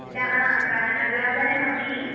गा आ गानालापनमपि